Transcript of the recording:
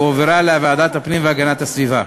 והועברה לוועדת הפנים והגנת הסביבה.